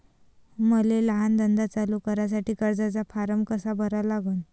मले लहान धंदा चालू करासाठी कर्जाचा फारम कसा भरा लागन?